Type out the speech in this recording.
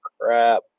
crap